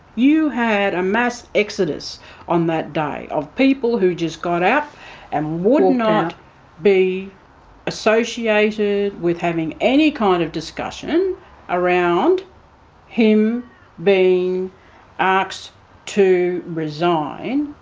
you had a mass exodus on that day of people who just got up and would not be associated with having any kind of discussion discussion around him being asked to resign.